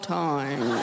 time